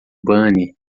banner